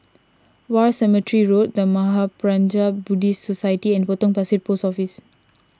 War Cemetery Road the Mahaprajna Buddhist Society and Potong Pasir Post Office